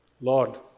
Lord